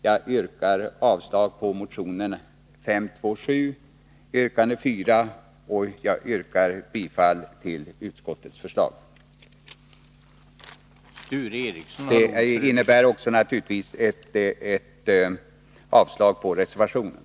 Jag yrkar avslag på motion 527, yrkande 4, och avslag på reservationerna. Jag yrkar bifall till utskottets förslag på denna punkt.